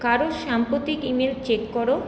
কারো সাম্প্রতিক email check কর